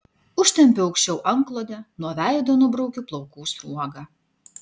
užtempiu aukščiau antklodę nuo veido nubraukiu plaukų sruogą